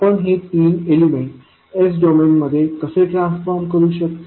आपण हे तीन एलिमेंट s डोमेनमध्ये कसे ट्रान्सफॉर्म करू शकतो